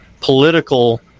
political